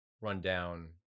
rundown